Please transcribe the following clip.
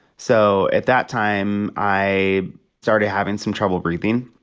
so at that time, i started having some trouble breathing.